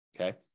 okay